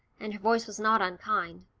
and her voice was not unkind,